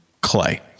clay